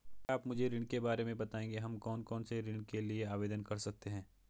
क्या आप मुझे ऋण के बारे में बताएँगे हम कौन कौनसे ऋण के लिए आवेदन कर सकते हैं?